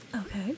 Okay